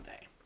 day